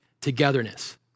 togetherness